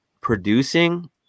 producing